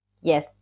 yes